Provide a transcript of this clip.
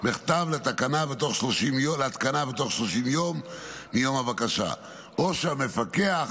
בכתב להתקנה בתוך 30 יום מיום הבקשה, או שהמפקח